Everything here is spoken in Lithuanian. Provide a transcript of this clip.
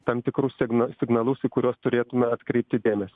tam tikrus signa signalus į kuriuos turėtume atkreipti dėmesį